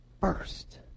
first